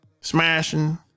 smashing